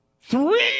three